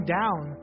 down